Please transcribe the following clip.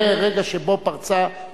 מרגע שבו פרצה,